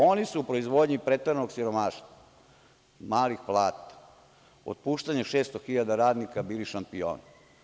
Oni su u proizvodnji preteranog siromaštva, malih plata, otpuštanjem 600 hiljada radnika bili šampioni.